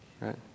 right